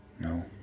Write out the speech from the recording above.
No